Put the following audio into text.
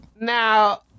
now